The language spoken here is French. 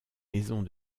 maisons